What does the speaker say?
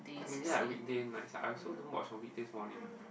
maybe like weekday nights I also don't watch movie this morning